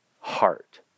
heart